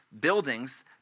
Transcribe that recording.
buildings